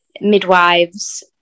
midwives